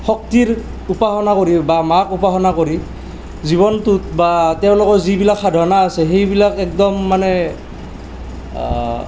শক্তিৰ উপাসনা কৰি বা মাক উপাসনা কৰি জীৱনটোত বা তেওঁলোকৰ যি সাধনা আছে সেইবিলাক একদম মানে